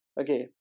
Okay